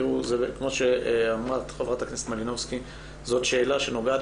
כמו שאמרה חברת הכנסת מלינובסקי זו שאלה שנוגעת